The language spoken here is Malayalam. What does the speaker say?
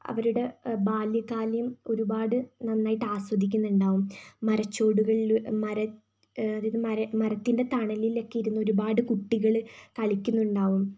അവരുടെ ബാല്യകാലം ഒരുപാട് നന്നായിട്ട് ആസ്വദിക്കുന്നുണ്ടാവും മരച്ചുവടുകളിൽ അതായത് മരത്തിന്റെ തണലിലൊക്കെ ഇരുന്ന് ഒരുപാട് കുട്ടികൾ കളിക്കുന്നുണ്ടാവും